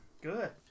Good